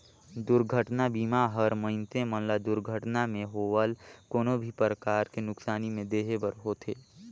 दुरघटना बीमा हर मइनसे मन ल दुरघटना मे होवल कोनो भी परकार के नुकसानी में देहे बर होथे